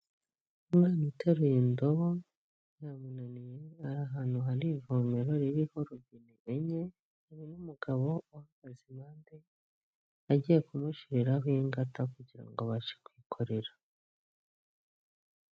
Umwana uteruye indobo, yamunaniye, ari ahantu hari ivomero ririho robine enye, hari n'umugabo uhagaze impande, agiye kumushyiriraho ingata kugira ngo abashe kwikorera.